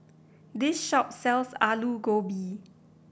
this shop sells Aloo Gobi